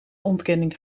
ontkenning